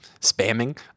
spamming